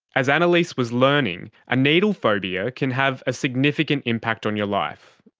as annaleise was learning, a needle phobia can have a significant impact on your life.